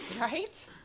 Right